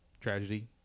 Tragedy